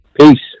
Peace